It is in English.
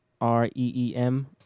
R-E-E-M